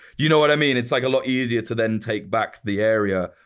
you know what i mean? it's like a lot easier to then take back the area,